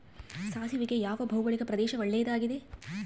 ಸಾಸಿವೆಗೆ ಯಾವ ಭೌಗೋಳಿಕ ಪ್ರದೇಶ ಒಳ್ಳೆಯದಾಗಿದೆ?